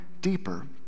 deeper